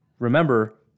Remember